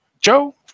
Joe